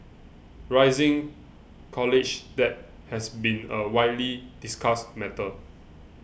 rising college debt has been a widely discussed matter